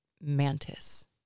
mantis